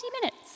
minutes